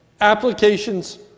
applications